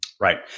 Right